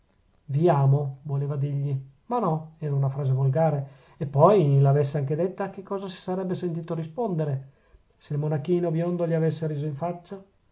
vi amo voleva dirgli ma no era una frase volgare e poi l'avesse anche detta che cosa si sarebbe sentito rispondere se il monachino biondo gli avesse riso